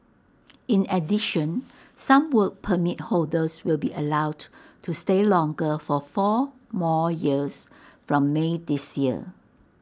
in addition some Work Permit holders will be allowed to stay longer for four more years from may this year